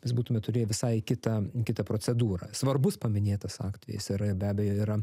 mes būtume turėję visai kitą kitą procedūrą svarbus paminėtas aktvejis ar be abejo yra